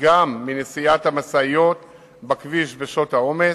גם מנסיעת משאיות בכביש בשעות העומס.